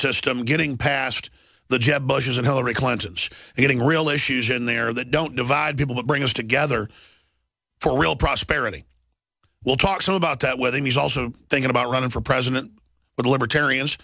system getting past the jeb bush's and hillary clinton's getting real issues in there that don't divide people that bring us together for real prosperity we'll talk some about that whether he's also thinking about running for president but libertarians